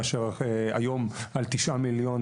מאשר היום על 9 מיליון,